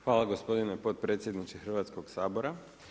Hvala gospodine potpredsjedniče Hrvatskog sabora.